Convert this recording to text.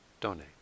donate